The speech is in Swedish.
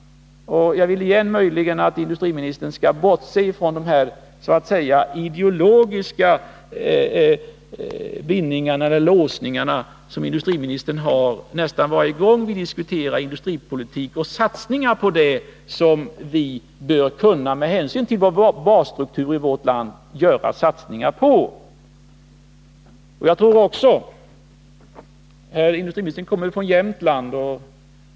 Jag önskar att industriministern kunde komma ifrån de så att säga ideologiska låsningar som industriministern har nästan varje gång vi diskuterar industripolitik och att vi i stället kunde satsa på det som vi med hänsyn till basstrukturen i vårt land bör kunna göra satsningar på. Herr industriministern kommer ju från Jämtland.